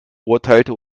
urteilte